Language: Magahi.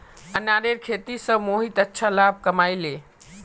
अनारेर खेती स मोहित अच्छा लाभ कमइ ले